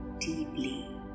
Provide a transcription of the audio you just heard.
deeply